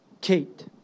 Kate